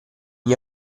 gli